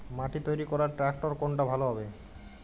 মাটি তৈরি করার ট্রাক্টর কোনটা ভালো হবে?